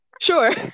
Sure